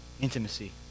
intimacy